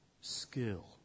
skill